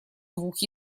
двух